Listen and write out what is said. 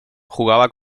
jugaba